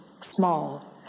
small